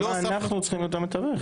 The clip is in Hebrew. אז למה אנחנו צריכים להיות המתווך?